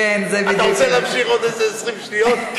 אתה רוצה להמשיך עוד איזה 20 שניות?